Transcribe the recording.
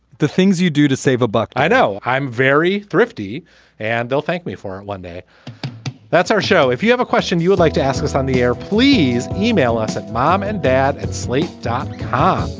the things you do to save a buck. i know i'm very thrifty and they'll thank me for one day that's our show. if you have a question you would like to ask us on the air. please email us at mom and dad at slate dot com.